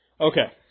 Okay